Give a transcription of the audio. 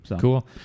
Cool